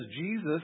Jesus